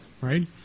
right